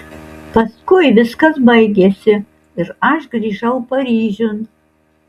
paskui viskas baigėsi ir aš grįžau paryžiun